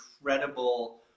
incredible